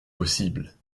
possibles